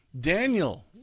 Daniel